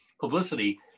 publicity